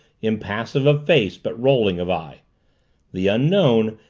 impassive of face but rolling of eye the unknown,